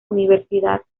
universidad